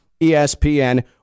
ESPN